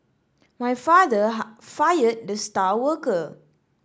my father fired the star worker